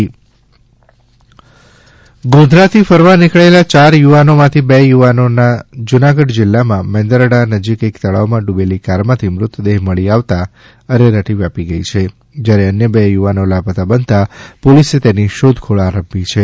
જુનાગઢ મેંદરડા અકસ્માત ગોધરા થી ફરવા નીકળેલા ચાર યુવાનો માંથી બે યુવાનોના જુનાગઢ જિલ્લા માં મેંદરડા નજીક એક તળાવ માં ડૂબેલી કારમાંથી મૃતદેહ મળી આવતા અરેરાટી વ્યાપી ગઈ છે જ્યારે અન્ય બે યુવાનો લાપતા બનતા પોલીસે તેની શોધખોળ આરંભી છે